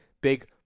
big